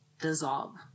dissolve